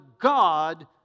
God